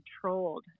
controlled